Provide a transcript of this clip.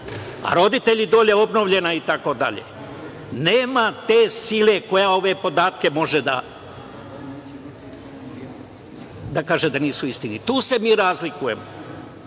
Roditelji dole, obnovljena itd. Nema te sile koja za ove podatke može da kaže da nisu istinite. Tu se mi razlikujemo,